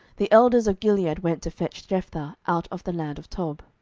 the elders of gilead went to fetch jephthah out of the land of tob